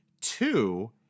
two